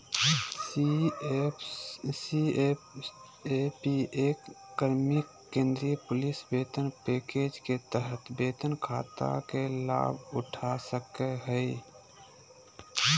CAPF के कर्मि केंद्रीय पुलिस वेतन पैकेज के तहत वेतन खाता के लाभउठा सको हइ